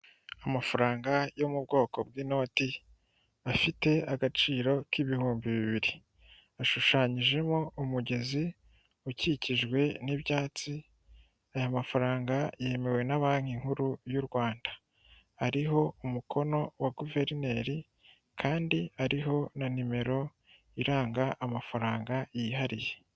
Amafaranga yo mu bwoko bw'inoti, afite agaciro k'ibihumbi bibiri. Ashushanyijemo umugezi ukikijwe n'ibyatsi, aya mafaranga yemewe na banki nkuru y'u Rwanda. Ariho umukono wa guverineri kandi ariho na nimero iranga amafaranga yihariye.